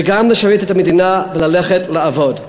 וגם לשרת את המדינה וללכת לעבוד.